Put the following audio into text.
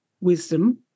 wisdom